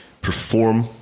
perform